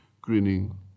grinning